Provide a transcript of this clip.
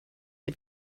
had